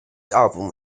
album